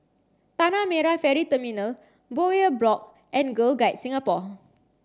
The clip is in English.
Tanah Merah Ferry Terminal Bowyer Block and Girl Guides Singapore